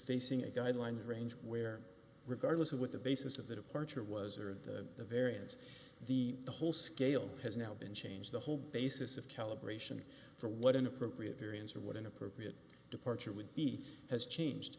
facing a guideline range where regardless of what the basis of the departure was or the variance the whole scale has now been changed the whole basis of calibration for what an appropriate variance or what an appropriate departure would be has changed